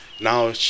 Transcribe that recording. now